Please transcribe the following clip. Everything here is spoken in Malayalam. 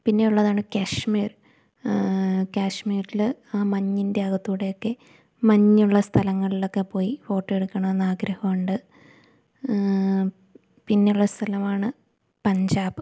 പിന്നെ ഉള്ളതാണ് കാശ്മീർ കാശ്മീരിൽ ആ മഞ്ഞിൻ്റെ ആകത്തൂടെ ഒക്കെ മഞ്ഞുള്ള സ്ഥലങ്ങളിൽ ഒക്കെ പോയി ഫോട്ടോ എടുക്കണം എന്ന് ആഗ്രഹം ഉണ്ട് പിന്നെയുള്ള സ്ഥലമാണ് പഞ്ചാബ്